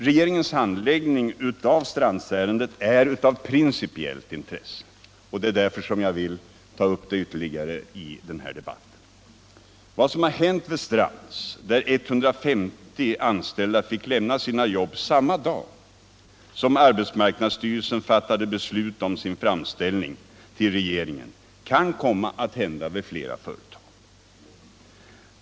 Regeringens handläggning av Strandsärendet är av principiellt intresse, och det är därför som jag vill ta upp den frågan ytterligare i den här debatten. Vad som har hänt vid Strands, där 150 anställda fick lämna jobben samma dag som arbetsmarknadsstyrelsen fattade beslut om sin framställning till regeringen, kan komma att hända vid flera företag.